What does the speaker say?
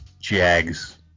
Jags